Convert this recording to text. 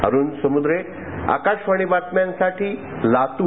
अरुण समुद्रे आकाशवाणी बातम्यांसाठी लातूर